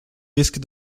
risque